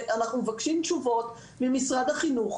ואנחנו מבקשים תשובות ממשרד החינוך.